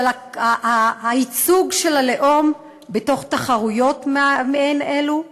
הייצוג של הלאום בתחרויות מעין אלו?